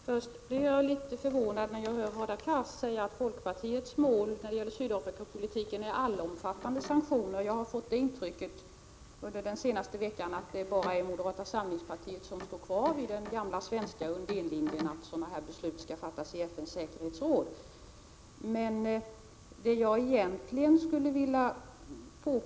Herr talman! Jag blir litet förvånad när Hadar Cars säger att folkpartiets mål när det gäller Sydafrikapolitiken är allomfattande sanktioner. Jag har under den senaste veckan fått intrycket att det bara är moderata samlingspartiet som står kvar vid den gamla svenska Undénlinjen, som innebär att sådana här beslut skall fattas i FN:s säkerhetsråd.